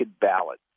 ballot